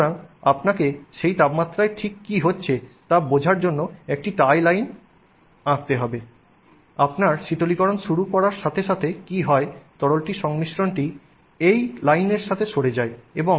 সুতরাং আপনাকে সেই তাপমাত্রায় ঠিক কী হচ্ছে তা বোঝার জন্য একটি টাই লাইন লাইন আঁকতে হবে আপনার শীতলীকরণ শুরু করার সাথে সাথে কী হয় তরল সংমিশ্রণটি এই লাইনের সাথে সরে যায়